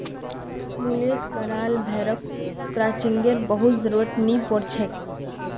मुलेस कराल भेड़क क्रचिंगेर बहुत जरुरत नी पोर छेक